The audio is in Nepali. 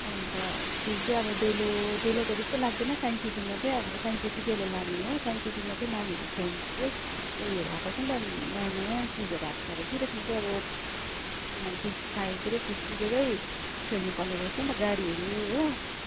अन्त फिस चाहिँ अब डेलो डेलो त त्यस्तो लाग्दैन साइनसिटीमा चाहिँ अब साइन्स सिटी डेलो लाने हो साइनसिटामा चाहिँ नानीहरू खेल्ने थुप्रै उयोहरू आएको छ नि त नयाँ नयाँ चिजहरू आएको छ अरे कि त्यसमा चाहिँ अब फिस फाइ के अरे फिस तिरेरै खेल्नुपर्ने रहेछ नि त गाडीहरू हो